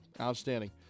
Outstanding